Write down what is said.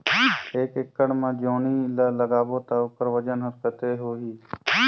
एक एकड़ मा जोणी ला लगाबो ता ओकर वजन हर कते होही?